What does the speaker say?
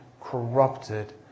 corrupted